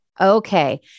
Okay